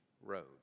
road